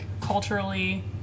culturally